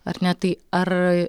ar ne tai ar